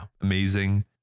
amazing